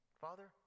Father